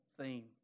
theme